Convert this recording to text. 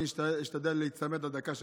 אני אשתדל להיצמד לדקה שלך.